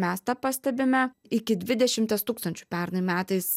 mes tą pastebime iki dvidešimties tūkstančių pernai metais